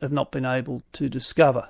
have not been able to discover